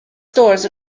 stores